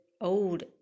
old